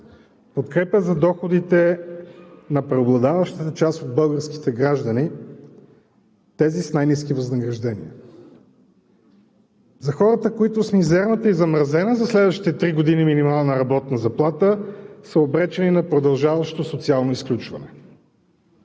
подкрепа за доходите на преобладаващата част от българските граждани, тези с най-ниски възнаграждения, за хората, които с мизерната и замразена за следващите три години минимална работна заплата, са обречени на продължаващо социално изключване.